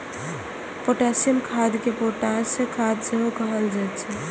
potassium खाद कें potash खाद सेहो कहल जाइ छै